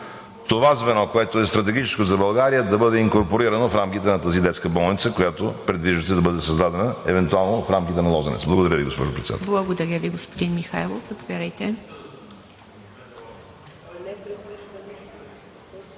това звено, което е стратегическо за България, да бъде инкорпорирано в рамките на тази детска болница, която предвиждате да бъде създадена евентуално в рамките на „Лозенец“? Благодаря Ви, госпожо